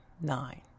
nine